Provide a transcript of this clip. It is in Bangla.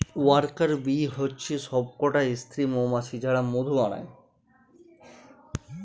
ওয়ার্কার বী হচ্ছে সবকটা স্ত্রী মৌমাছি যারা মধু বানায়